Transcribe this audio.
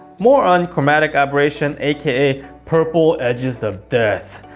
more on chromatic aberration aka purple edges of death.